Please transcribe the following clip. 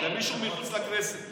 זה מישהו מחוץ לכנסת.